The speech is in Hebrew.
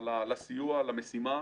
לסיוע למשימה.